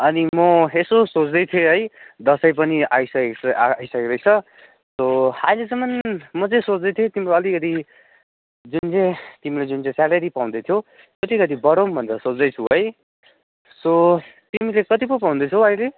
अनि म यसो सोच्दै थिएँ है दसैँ पनि आइसके छ आइसकेको रहेछ त्यो आजैसम्म म चाहिँ सोच्दै थिएँ तिम्रो अलिकति जुन चाहिँ तिम्रो जुन चाहिँ स्यालेरी पाउँदैथ्यौ अलिकति बढाउँ भनेर सोच्दैछु है सो तिमीले कति पो पाउँदैछौ अहिले